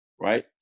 right